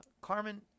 Carmen